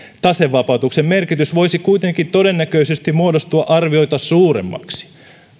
tasevapautuksen merkitys voisi kuitenkin todennäköisesti muodostua arvioita suuremmaksi